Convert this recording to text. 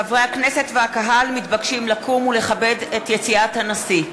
חברי הכנסת והקהל מתבקשים לקום ולכבד את יציאת הנשיא.